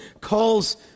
calls